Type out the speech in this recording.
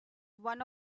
one